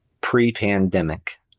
pre-pandemic